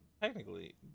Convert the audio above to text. technically